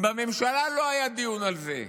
אם בממשלה לא היה דיון על זה?